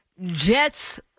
Jets